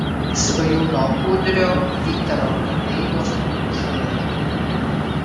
svajūno udrio vytaro kateivos papuošalai